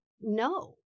no